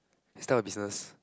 this type of business